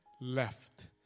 left